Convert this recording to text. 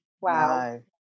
wow